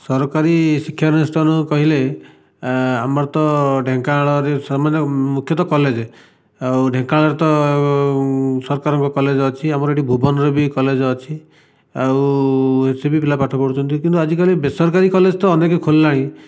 ସରକାରୀ ଶିକ୍ଷାନୁଷ୍ଠାନ କହିଲେ ଆମର ତ ଢେଙ୍କାନାଳରେ ସ ମାନେ ମୁଖ୍ୟତଃ କଲେଜ ଆଉ ଢେଙ୍କାନାଳରେ ତ ସରକାରଙ୍କର କଲେଜ ଅଛି ଆମର ଏଇଠି ଭୁବନରେ ବି କଲେଜ ଅଛି ଆଉ ଏଇଠି ବି ପିଲା ପାଠ ପଢ଼ୁଛନ୍ତି କିନ୍ତୁ ଆଜିକାଲି ବେସରକାରୀ କଲେଜ ତ ଅନେକ ଖୋଲିଲାଣି